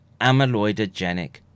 amyloidogenic